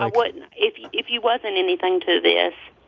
like but and if if you wasn't anything to this,